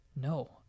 No